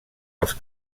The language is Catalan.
pels